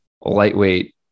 lightweight